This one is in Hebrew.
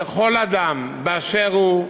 של כל אדם באשר הוא,